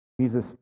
Jesus